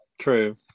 True